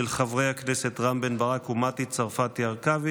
של חברי הכנסת רם בן ברק ומטי צרפתי הרכבי.